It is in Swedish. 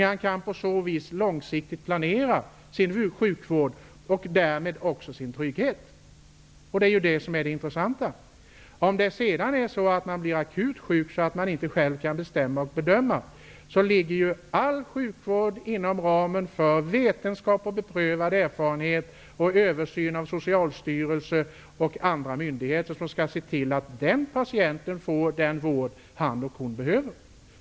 Man kan på så vis långsiktigt planera sin sjukvård och därmed också sin trygghet. Det är ju det intressanta. Om man sedan blir akut sjuk så att man inte själv kan bestämma och bedöma, så får man förlita sig på att all sjukvård sköts inom ramen för vetenskap och beprövad erfarenhet och står under tillsyn av Socialstyrelsen och andra myndigheter, som skall se till att varje patient får den vård han eller hon behöver.